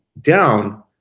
down